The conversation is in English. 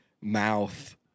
mouth